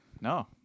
No